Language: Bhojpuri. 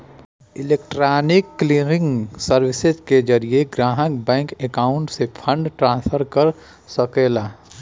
इलेक्ट्रॉनिक क्लियरिंग सर्विसेज के जरिये ग्राहक बैंक अकाउंट से फंड ट्रांसफर कर सकला